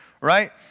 right